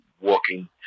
walking